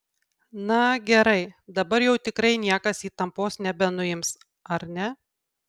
na gerai dabar jau tikrai niekas įtampos nebenuims ar ne